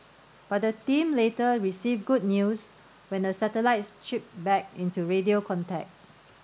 but the team later received good news when the satellites chirped back into radio contact